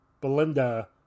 Belinda